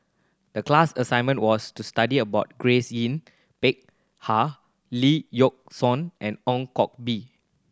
the class assignment was to study about Grace Yin Peck Ha Lee Yock Suan and Ong Koh Bee